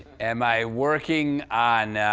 am i working on.